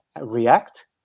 react